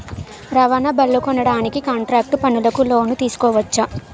రవాణా బళ్లనుకొనడానికి కాంట్రాక్టు పనులకు లోను తీసుకోవచ్చు